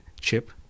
chip